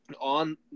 on